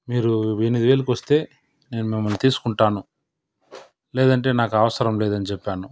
మీరు ఎనిమిది వేలకొస్తే నేను మిమ్మల్ని తీసుకుంటాను లేదంటే నాకు అవసరం లేదని చెప్పాను